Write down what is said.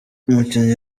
umukinnyi